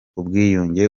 ubwiyunge